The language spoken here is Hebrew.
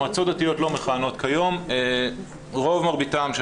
מועצות דתיות לא מכהנות כיום רוב מרביתם של